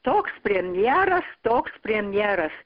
toks premjeras toks premjeras